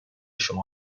شما